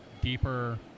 deeper